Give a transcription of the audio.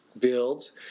builds